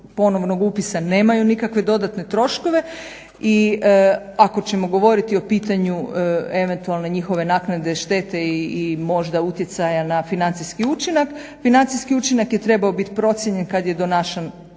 ponovnog upisa nemaju nikakve dodatne troškove. I ako ćemo govoriti o pitanju eventualno njihove naknade štete i možda utjecaja na financijski učinak, financijski učinak je trebao bit procijenjen kad je donašan